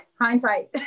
hindsight